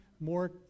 more